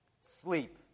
sleep